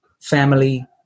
family